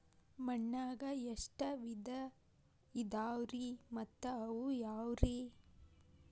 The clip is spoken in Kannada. ಮಣ್ಣಾಗ ಎಷ್ಟ ವಿಧ ಇದಾವ್ರಿ ಮತ್ತ ಅವು ಯಾವ್ರೇ?